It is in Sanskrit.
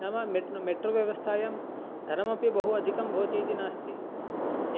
नाम मेट् मेट्रोव्यवस्थायां धनमपि बहु अधिकं भवतीति नास्ति